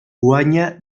guanya